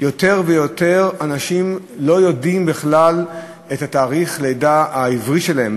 יותר ויותר אנשים לא יודעים בכלל את תאריך הלידה העברי שלהם,